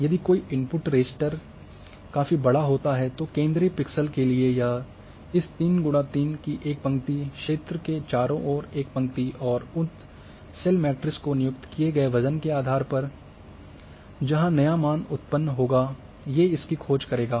यदि कोई input raster काफ़ी बड़ा होता है तो केंद्रीय पिक्सेल के लिए यह इस 3 × 3 एक पंक्ति क्षेत्र के चारों ओर एक पंक्ति और उन सेल मैट्रिक्स को नियुक्त किए गए वजन के आधार पर जहां नया मान उत्पन्न होगा ये इसकी खोज करेगा